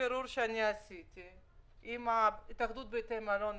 מבירור שעשיתי עם התאחדות בתי המלון,